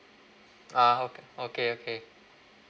ah oka~ okay okay